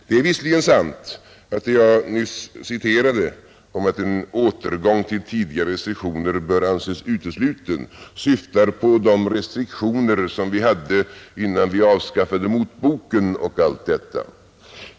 Det är visserligen sant att det jag nyss citerade — att en återgång till tidigare restriktioner bör anses utesluten — syftar på de restriktioner som vi hade innan vi avskaffade motboken.